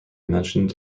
mentioned